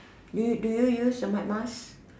do you do you use the mud mask